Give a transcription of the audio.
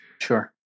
Sure